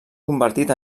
convertit